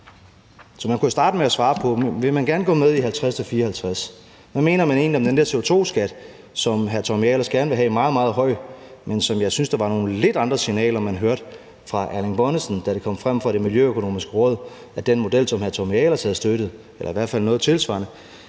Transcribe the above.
Så man kunne jo starte med at svare på, om man gerne vil gå med i 50-54 pct. Hvad mener man egentlig om den der CO2-skat, som hr. Tommy Ahlers gerne vil have meget, meget høj, men som jeg synes man hørte nogle lidt andre signaler om fra hr. Erling Bonnesen, da det kom frem fra Det Miljøøkonomiske Råd, at den model, som hr. Tommy Ahlers havde støttet – eller i hvert fald noget tilsvarende